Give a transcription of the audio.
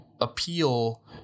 appeal